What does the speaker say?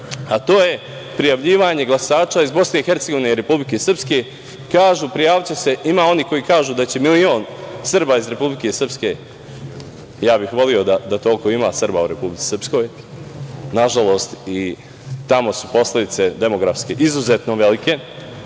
a to je prijavljivanje glasača iz BiH i Republike Srpske. Kažu, prijaviće se, ima onih koji kažu da će milion Srba iz Republike Srpske, ja bih voleo da toliko ima Srba u Republici Srpskoj, nažalost i tamo su posledice demografske izuzetno velike,